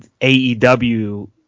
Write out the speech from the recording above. AEW